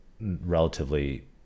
relatively